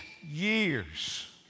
years